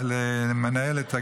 למנהלת,